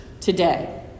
today